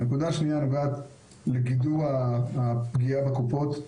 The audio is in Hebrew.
הנקודה השנייה נוגעת לגידור הפגיעה בקופות.